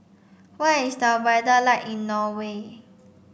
what is the weather like in Norway